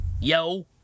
yo